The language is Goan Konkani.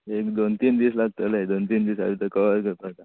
एक दोन तीन दीस लागतले दोन तीन दिसानी तें कवर करपा आता